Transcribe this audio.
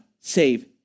save